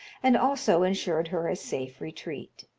and also insured her a safe retreat.